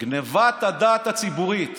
גנבת הדעת הציבורית.